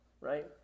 right